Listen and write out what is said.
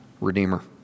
Redeemer